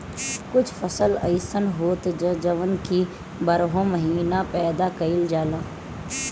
कुछ फसल अइसन होत बा जवन की बारहो महिना पैदा कईल जाला